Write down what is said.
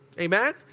Amen